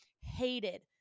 hated